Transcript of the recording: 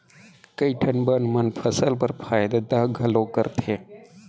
कई ठन बन मन फसल बर फायदा घलौ करथे